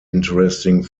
interesting